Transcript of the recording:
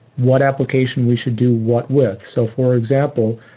what application we should do, what with? so for example,